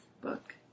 book